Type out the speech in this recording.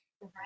Right